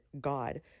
God